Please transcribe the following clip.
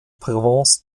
provence